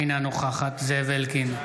אינה נוכחת זאב אלקין,